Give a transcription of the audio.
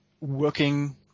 working